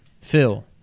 Phil